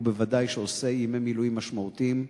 ובוודאי המספר שעושה ימי מילואים משמעותיים,